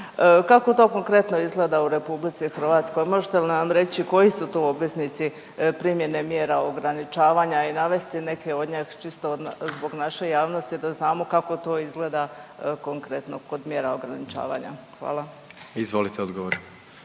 Kako to konkretno izgleda u RH, možete li nam reći koji su to obveznici primjene mjera ograničavanja i navesti neke od njih čisto zbog naše javnosti da znamo kako to izgleda konkretno kod mjera ograničavanja? Hvala. **Jandroković,